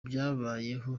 byabayeho